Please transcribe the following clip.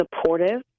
supportive